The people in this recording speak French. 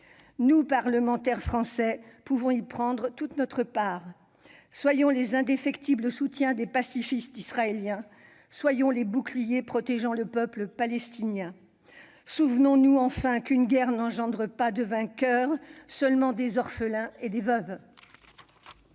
Nous, parlementaires français, pouvons y prendre toute notre part. Soyons les indéfectibles soutiens des pacifistes israéliens. Soyons les boucliers protégeant le peuple palestinien. Souvenons-nous, enfin, qu'une guerre n'engendre pas de vainqueurs, seulement des orphelins et des veuves